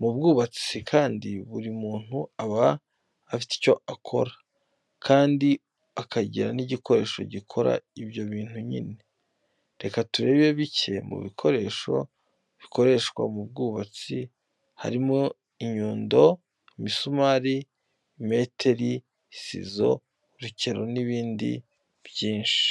Mu bwubatsi kandi buri muntu aba afite icyo akora kandi akagira n'igikoresho gikora ibyo bintu nyine. Reka turebe bike mu bikoresho bikoreshwa mu bwubatsi, harimo, inyundo, imisumari, imeteri, isizo, urukero n'ibindi byinshi.